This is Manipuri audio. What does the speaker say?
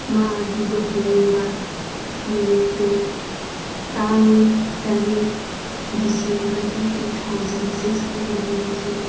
ꯃꯥꯒꯤ ꯂꯨꯍꯣꯡꯕ ꯅꯨꯃꯤꯠꯇꯨ ꯇꯥꯡ ꯇꯔꯦꯠ ꯗꯤꯁꯦꯝꯕꯔꯒꯤ ꯇꯨ ꯊꯥꯎꯖꯟ ꯁꯤꯛꯁꯇ ꯂꯨꯍꯣꯡꯈꯤ